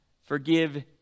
Forgive